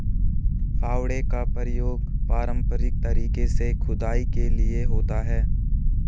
फावड़े का प्रयोग पारंपरिक तरीके से खुदाई के लिए होता है